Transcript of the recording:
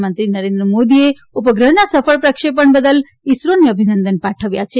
પ્રધાનમંત્રી નરેન્દ્ર મોદીએ ઉપગ્રહના સફળ પ્રક્ષેપણ બદલ ઇસરોને અભિનંદન પાઠવ્યા છે